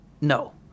No